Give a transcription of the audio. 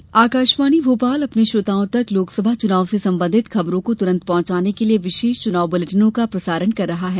विशेष चुनाव बुलेटिन आकाशवाणी भोपाल अपने श्रोताओं तक लोकसभा चुनाव से संबंधित खबरों को तुरन्त पहुंचाने के लिये विशेष चुनाव बुलेटिनों का प्रसारण कर रहा है